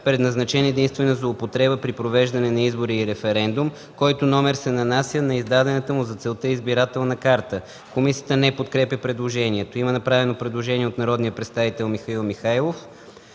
предназначен единствено за употреба при провеждане на избори и референдуми, който номер се нанася на издадената му за целта избирателна карта.” Комисията не подкрепя предложението. Комисията не подкрепя предложението. Има направено предложение от народния представител Михаил Михайлов